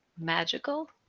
magical